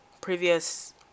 previous